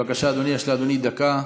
בבקשה, אדוני, דקה.